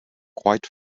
quite